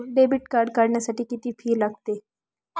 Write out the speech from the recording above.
Debit card काढण्यासाठी किती fee लागते?